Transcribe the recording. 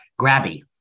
grabby